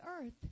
earth